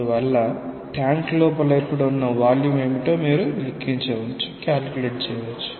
అందువల్ల ట్యాంక్ లోపల ఇప్పుడు ఉన్న వాల్యూమ్ ఏమిటో మీరు లెక్కించవచ్చు